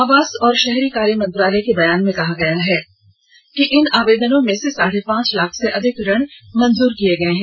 आवास और शहरी कार्य मंत्रालय के बयान में कहा गया है कि इन आवेदनों में से साढे पांच लाख से अधिक ऋण मंजर किए गए हैं